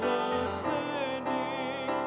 ascending